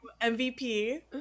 MVP